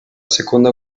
seconda